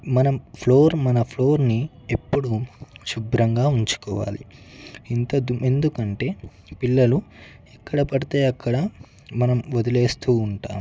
మనం ఫ్లోర్ మన ఫ్లోర్ని ఎప్పుడు శుభ్రంగా ఉంచుకోవాలి ఇంత దుమ్ము ఎందుకంటే పిల్లలు ఎక్కడపడితే అక్కడ మనం వదిలేస్తు ఉంటాం